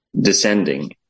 descending